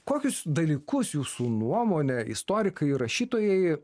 kokius dalykus jūsų nuomone istorikai rašytojai